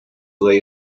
lay